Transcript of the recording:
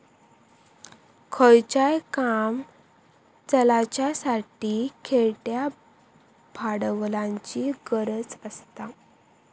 खयचाय काम चलाच्यासाठी खेळत्या भांडवलाची गरज आसता